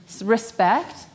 respect